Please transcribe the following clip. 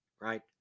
right